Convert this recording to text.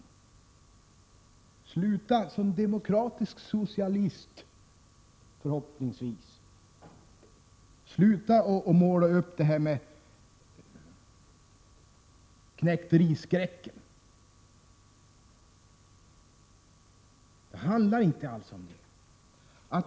Tommy Franzén bör, som demokratisk socialist — som han förhoppningsvis är — sluta att måla upp denna knektskräck. Det handlar inte alls om det.